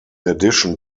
addition